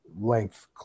length